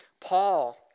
Paul